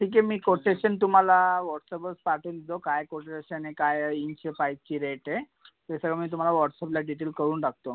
ठीक आहे मी कोटेशन तुम्हाला व्हॉट्सअपवर पाठवून देऊ काय कोटेशन आहे काय आहे इंचचे पाईपचे रेट आहे हे सगळं मी तुम्हाला व्हॉट्सअपला डिटेल कळवून टाकतो